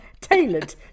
Tailored